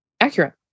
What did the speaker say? Accurate